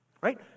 Right